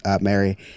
Mary